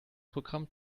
programm